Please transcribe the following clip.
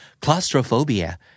claustrophobia